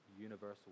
universal